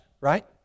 right